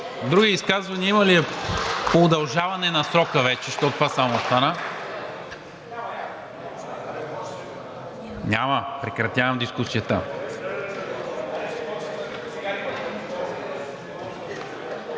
Други изказвания има ли? Удължаване на срока вече, защото това само остана. Няма. Прекратявам дискусията.